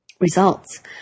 results